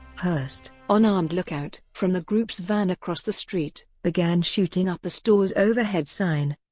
hearst, on armed lookout from the group's van across the street, began shooting up the store's overhead sign.